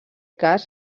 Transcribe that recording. cas